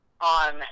on